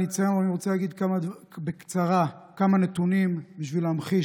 אני רוצה להגיד בקצרה כמה נתונים בשביל להמחיש